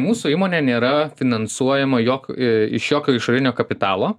mūsų įmonė nėra finansuojama jok iš jokio išorinio kapitalo